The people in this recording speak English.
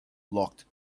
locked